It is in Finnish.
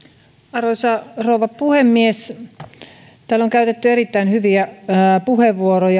arvoisa rouva puhemies täällä on käytetty erittäin hyviä puheenvuoroja